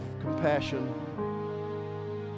compassion